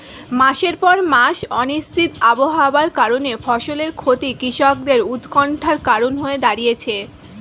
মাসের পর মাস অনিশ্চিত আবহাওয়ার কারণে ফসলের ক্ষতি কৃষকদের উৎকন্ঠার কারণ হয়ে দাঁড়িয়েছে